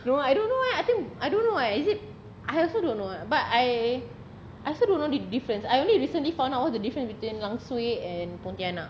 no I don't know I don't know eh I think I don't know eh is it I also don't know but I I still don't know the difference I only recently found out all the difference between langsuir and pontianak